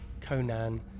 Conan